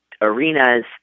arenas